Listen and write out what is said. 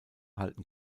halten